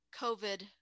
COVID